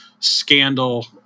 scandal